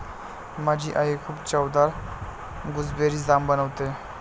माझी आई खूप चवदार गुसबेरी जाम बनवते